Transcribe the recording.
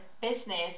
business